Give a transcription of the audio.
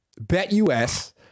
BetUS